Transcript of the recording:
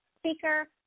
Speaker